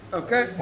okay